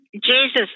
Jesus